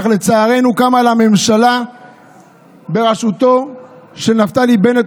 אך לצערנו קמה ממשלה בראשותו של נפתלי בנט,